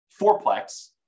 fourplex